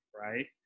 right